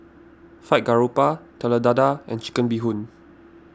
Fried Garoupa Telur Dadah and Chicken Bee Hoon